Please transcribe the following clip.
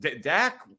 Dak